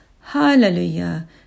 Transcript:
Hallelujah